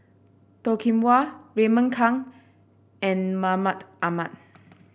Toh Kim Hwa Raymond Kang and Mahmud Ahmad